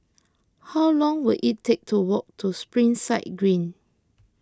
how long will it take to walk to Springside Green